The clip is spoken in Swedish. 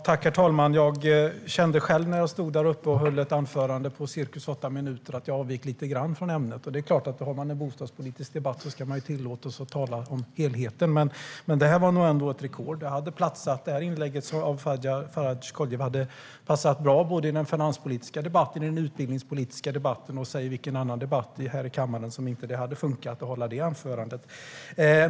Herr talman! Jag kände själv när jag stod där uppe och höll ett anförande på cirkus åtta minuter att jag avvek lite grann från ämnet. Har man en bostadspolitisk debatt ska man självklart ha tillåtelse att tala om helheten. Men det här var nog ändå ett rekord. Det här inlägget av Faradj Koliev hade platsat bra både i den finanspolitiska debatten och i den utbildningspolitiska debatten. Man kan snarare fråga sig i vilken debatt här i kammaren som det inte hade funkat att hålla det anförandet.